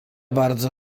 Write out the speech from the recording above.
bardzo